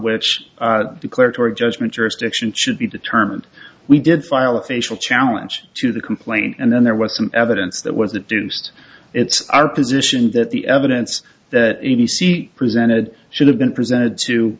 which declaratory judgment jurisdiction should be determined we did file a facial challenge to the complaint and then there was some evidence that was a deuced it's our position that the evidence that any c presented should have been presented to